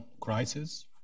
crisis